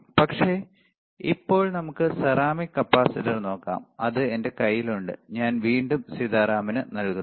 പക്ഷേ ഇപ്പോൾ നമുക്ക് സെറാമിക് കപ്പാസിറ്റർ നോക്കാം അത് എന്റെ കൈയിലുണ്ട് ഞാൻ വീണ്ടും സീതാറാമിന് നൽകുന്നു